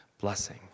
blessing